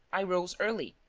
i rose early.